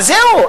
אז זהו,